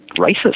racist